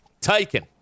taken